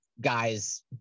Guys